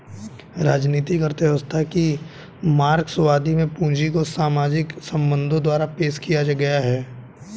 राजनीतिक अर्थव्यवस्था की मार्क्सवादी में पूंजी को सामाजिक संबंधों द्वारा पेश किया है